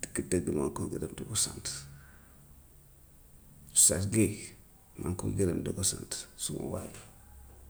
dëgg-dëgg moom kooku daf di ko sant oustaz guèye maa ngi koy gërëm di ko sant suma waay la.